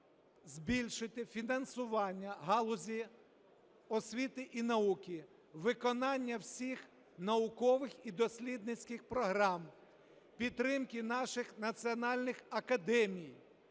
збільшити фінансування галузі освіти і науки, виконання всіх наукових і дослідницьких програм, підтримки наших національних академій